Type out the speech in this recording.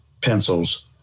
pencils